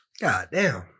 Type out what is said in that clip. Goddamn